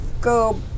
go